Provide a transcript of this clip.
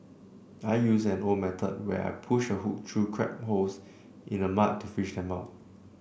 I use an old method where I push a hook through crab holes in the mud to fish them out